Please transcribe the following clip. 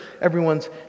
everyone's